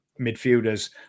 midfielders